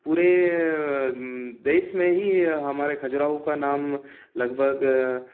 पूरे देश में ही ई हमारे खजुराहो का नाम लगभग